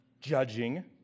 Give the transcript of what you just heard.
judging